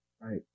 Right